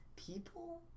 people